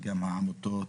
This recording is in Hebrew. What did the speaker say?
וגם העמותות,